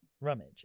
Rummage